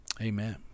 amen